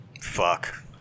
Fuck